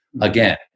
again